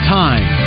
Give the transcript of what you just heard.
time